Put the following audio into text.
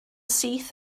syth